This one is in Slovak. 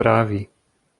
správy